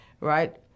right